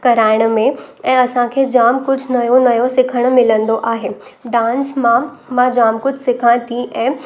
कराइण में ऐं असांखे जाम कुझु नयो नयो सिखण मिलंदो आहे डांस मां मां जाम कुझु सिखां थे ऐं